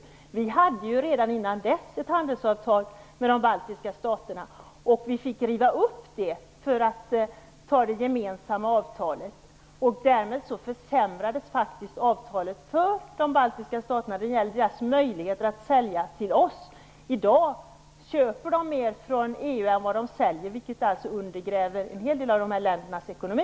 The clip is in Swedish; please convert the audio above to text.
Sverige hade ju redan innan dess ett handelsavtal med de baltiska staterna, som fick rivas upp till förmån för det gemensamma avtalet. Därmed försämrades faktiskt avtalet för de baltiska staterna när det gäller deras möjligheter att sälja till Sverige. I dag köper de mer från EU än vad de säljer, och det undergräver en stor del av dessa länders ekonomi.